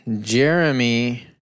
Jeremy